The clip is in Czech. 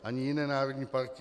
Ani jiné národní parky.